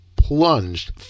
plunged